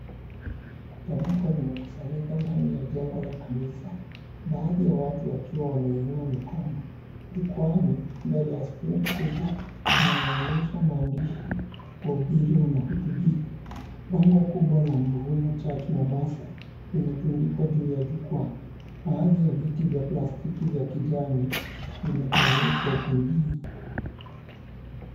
Kutanyiko limekusanyika ndani ya njengo la kanisa, baadhi ya watu wakiwa wameinua mikono. Jukwaani mbele ya skrini kubwa inayoonyesha maandishi wahubiri wanahutubia. Bango kubwa la mavuno church Mombasa limetundikwa juu ya jukwaa. Baadhi ya viti vya plastiki vya kijani vimetawanyika ukumbini.